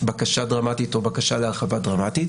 בקשה דרמטית או בקשה להרחבה דרמטית.